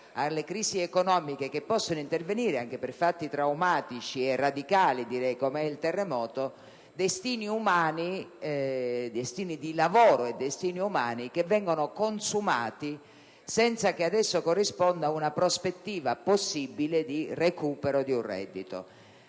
alle crisi economiche, che possono intervenire anche per fatti traumatici e radicali come un terremoto, destini di lavoro e umani che vengono consumati senza che vi corrisponda una prospettiva possibile di recupero di un reddito.